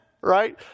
right